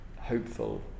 hopeful